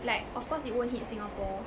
like of course it won't hit singapore